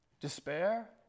despair